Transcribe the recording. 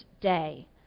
day